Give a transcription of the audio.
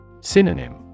Synonym